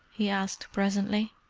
he asked presently.